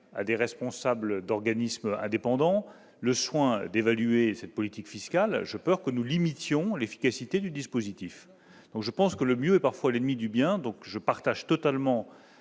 à des responsables d'organismes indépendants le soin d'évaluer cette politique fiscale, j'ai peur que nous ne limitions l'efficacité du dispositif. Le mieux est parfois l'ennemi du bien. Ainsi, bien que je partage totalement